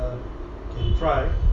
right